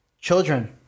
children